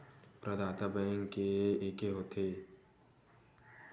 प्रदाता बैंक के एके होथे?